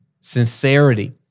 sincerity